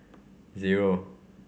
zero